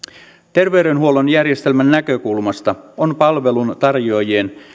terveydenhuollon järjestelmän näkökulmasta on palveluntarjoajien